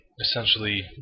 Essentially